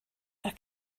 are